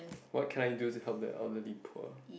what can I do to help the elderly poor